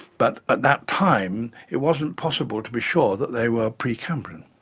but at that time it wasn't possible to be sure that they were precambrian.